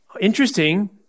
Interesting